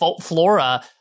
flora